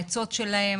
העצות שלהם,